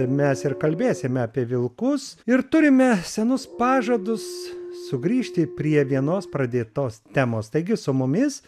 mes ir kalbėsim apie vilkus ir turime senus pažadus sugrįžti prie vienos pradėtos temos taigi su mumis